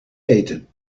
eten